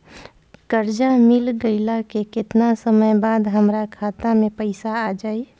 कर्जा मिल गईला के केतना समय बाद हमरा खाता मे पैसा आ जायी?